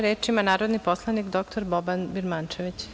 Reč ima narodni poslanik dr Boban Birmančević.